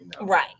Right